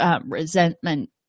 resentment